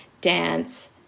dance